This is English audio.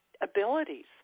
abilities